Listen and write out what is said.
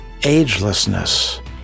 agelessness